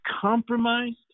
compromised